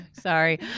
sorry